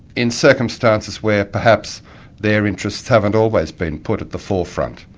in circumstances where perhaps their interests haven't always been put at the forefront.